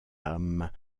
âmes